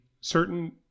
certain